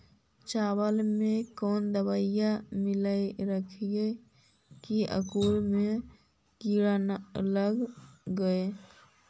चावल में कोन दबाइ मिला के रखबै कि ओकरा में किड़ी ल लगे?